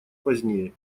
позднее